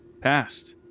passed